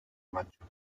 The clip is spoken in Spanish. macho